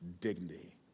dignity